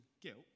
guilt